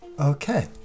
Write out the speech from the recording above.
okay